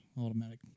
automatic